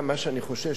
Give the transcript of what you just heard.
מה שאני חושש,